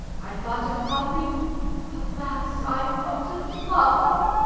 i thought of pompey alas, i thought of love!